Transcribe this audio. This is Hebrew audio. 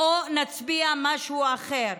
או נצביע משהו אחר.